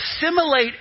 assimilate